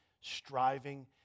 striving